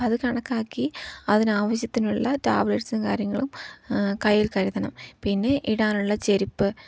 അപ്പം അത് കണക്കാക്കി അതിന് ആവശ്യത്തിനുള്ള ടാബ്ലെറ്റ്സും കാര്യങ്ങളും കയ്യിൽ കരുതണം പിന്നെ ഇടാനുള്ള ചെരിപ്പ്